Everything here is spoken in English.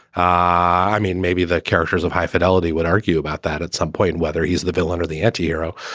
i mean maybe the characters of high fidelity would argue about that at some point, and whether he's the villain or the antihero.